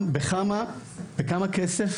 בכמה כסף,